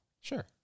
Sure